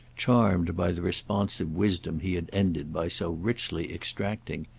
charmed by the responsive wisdom he had ended by so richly extracting.